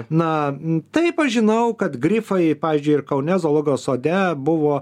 na taip aš žinau kad grifai pavyzdžiui ir kaune zoologijos sode buvo